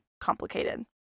complicated